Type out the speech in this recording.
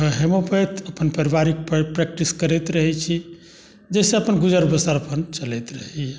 homeopath अपन पारिवारिक practice करैत रहैत छी जाहिसँ अपन गुजर बसर अपन चलैत रहैए